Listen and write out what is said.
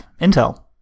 Intel